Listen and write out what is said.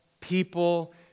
people